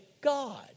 God